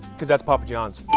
because that's papa john's.